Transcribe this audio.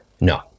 No